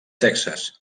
texas